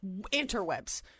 interwebs